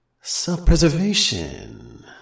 self-preservation